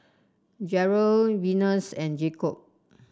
Jerrell Venus and Jacob